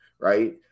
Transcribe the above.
right